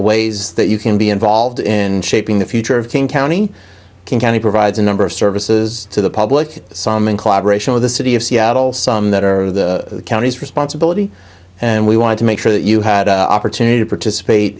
ways that you can be involved in shaping the future of team county king county provides a number of services to the public some in collaboration with the city of seattle some that are the county's responsibility and we wanted to make sure that you had opportunity to participate